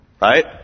right